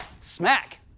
smack